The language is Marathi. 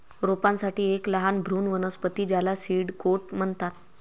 रोपांसाठी एक लहान भ्रूण वनस्पती ज्याला सीड कोट म्हणतात